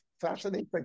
fascinating